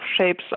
shapes